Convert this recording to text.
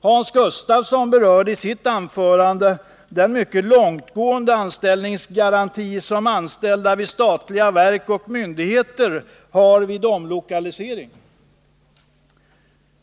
Hans Gustafsson berörde i sitt anförande den mycket långtgående anställningsgaranti som anställda vid statliga verk och myndigheter har vid omlokalisering.